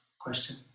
question